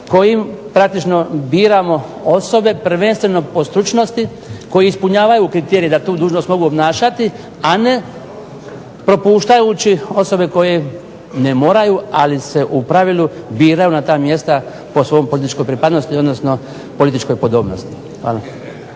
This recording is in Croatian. kojim praktično biramo osobe prvenstveno po stručnosti koji ispunjavaju kriterije da tu dužnost mogu obnašati, a ne propuštajući osobe koje ne moraju, ali se u pravilu biraju na ta mjesta po svojoj političkoj pripadnosti, odnosno političkoj podobnosti.